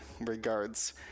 regards